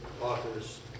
authors